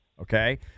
okay